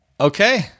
Okay